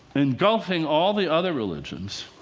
engulfing all the other religions,